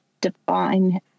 define